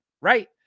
right